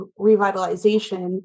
revitalization